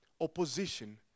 opposition